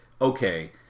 okay